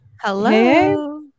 Hello